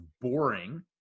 boring